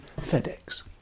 FedEx